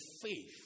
faith